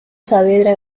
saavedra